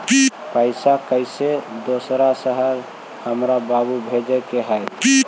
पैसा कैसै दोसर शहर हमरा बाबू भेजे के है?